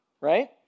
right